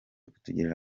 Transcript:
kutugirira